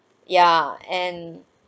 ya and